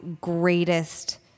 greatest